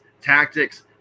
tactics